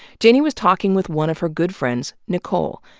janey was talking with one of her good friends, nicole.